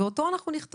ואת זה אנחנו נכתוב.